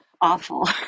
awful